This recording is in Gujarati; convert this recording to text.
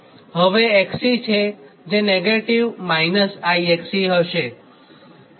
હવે આ XC છેજે નેગેટીવ એટલે કે હશે